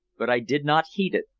but i did not heed it.